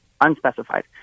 unspecified